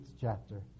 chapter